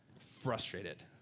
frustrated